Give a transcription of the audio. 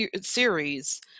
series